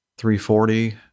340